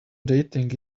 dating